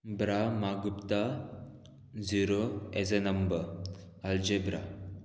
bra म्हागुप्ता zero as a number algebra